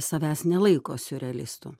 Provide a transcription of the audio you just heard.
savęs nelaiko siurrealistu